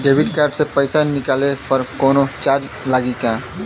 Debit card से पैसा निकलले पर कौनो चार्ज लागि का?